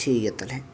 ᱴᱷᱤᱠ ᱜᱮᱭᱟ ᱛᱟᱦᱚᱞᱮ